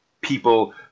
people